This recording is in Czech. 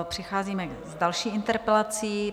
Přicházíme k další interpelaci.